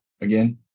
Again